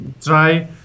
try